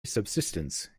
subsistence